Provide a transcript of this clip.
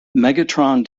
megatron